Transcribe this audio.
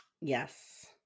Yes